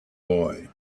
boy